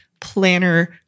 planner